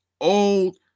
old